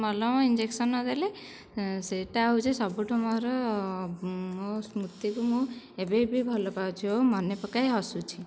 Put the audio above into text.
ମଲମ ଇଞ୍ଜେକ୍ସନ୍ ଦେଲେ ସେଇଟା ହେଉଛି ସବୁଠାରୁ ମୋର ମୋ ସ୍ମୃତିକୁ ମୁଁ ଏବେ ବି ଭଲପାଉଛି ଓ ମନେପକାଇ ହସୁଛି